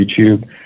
YouTube